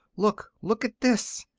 look, look at this!